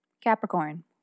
Capricorn